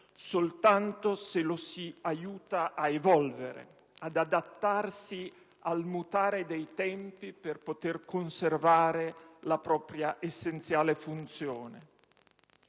soltanto se lo si aiuta a evolvere, ad adattarsi al mutare dei tempi, per poter conservare la propria essenziale funzione.